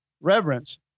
reverence